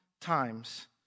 times